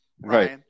right